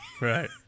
right